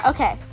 Okay